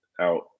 out